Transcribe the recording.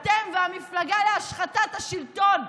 אתם והמפלגה להשחתת השלטון,